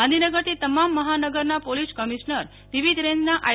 ગાંધીનગરથી તમામ મહાનગરના પોલીસ કમિશનર વિવિધ રેન્જના આઈ